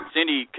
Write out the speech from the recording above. Cindy